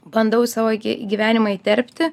bandau į savo gy gyvenimą įterpti